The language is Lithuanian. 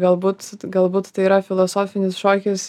galbūt galbūt tai yra filosofinis šokis